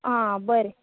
आं बरें